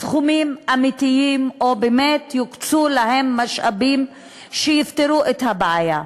סכומים אמיתיים או שבאמת יוקצו להן משאבים שיפתרו את הבעיה,